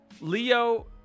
Leo